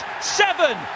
seven